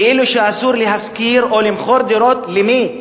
כאילו אסור להשכיר או למכור דירות, למי?